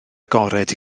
agored